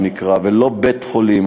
ולא בית-חולים,